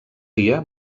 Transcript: dia